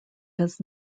does